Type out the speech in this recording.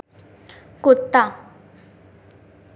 कुत्ता